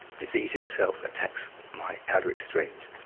disease itself attacks my outer extremes,